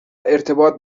ارتباط